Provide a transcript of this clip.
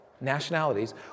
nationalities